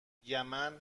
یمن